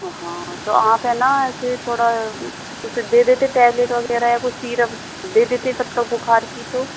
हाँ तो आप है ना ऐसे थोड़ा उसे दे देते टैबलेट वगैरह या कुछ सिरप दे देते तब तक बुखार की तो